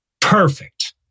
Perfect